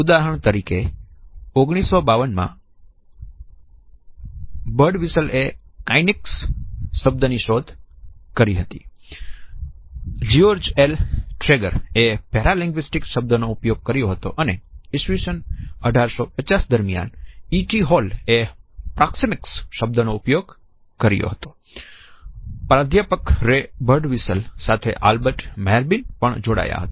ઉદાહરણ તરીકે 1952માં બર્ડવિશલ એ કનિઝિક્સ શબ્દ ની શોધ કરી હતી